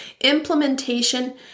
implementation